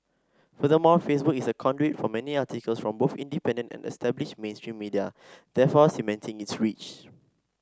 furthermore Facebook is a conduit for many articles from both independent and established mainstream media therefore cementing its reach